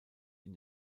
ihm